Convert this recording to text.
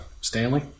Stanley